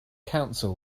council